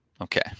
Okay